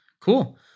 Cool